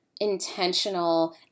intentional